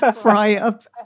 fry-up